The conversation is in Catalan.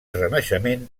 renaixement